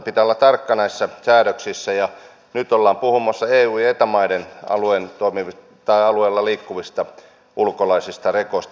pitää olla tarkka näissä säädöksissä ja nyt ollaan puhumassa eu ja eta maiden alueella liikkuvista ulkolaisista rekoista